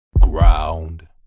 Ground